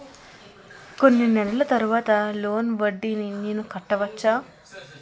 కొన్ని నెలల తర్వాత లోన్ వడ్డీని నేను కట్టవచ్చా?